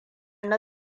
na